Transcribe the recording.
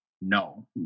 no